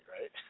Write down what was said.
right